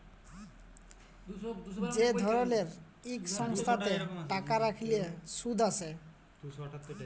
যে ধরলের ইক সংস্থাতে টাকা রাইখলে সুদ আসে